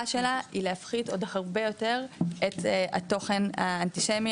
שלה היא להפחית עוד הרבה יותר את התוכן האנטישמי,